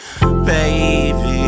Baby